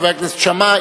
חבר הכנסת שאמה,